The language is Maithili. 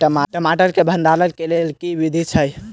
टमाटर केँ भण्डारण केँ लेल केँ विधि छैय?